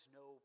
no